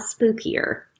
spookier